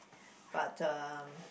but the